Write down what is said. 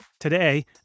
Today